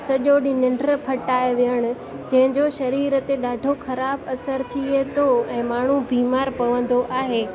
सॼो ॾींहुं निंड फिटाए वेहणु जंहिंजो शरीर ते ॾाढो ख़राबु असर थिए थो ऐं माण्हू बीमारु पवंदो आहे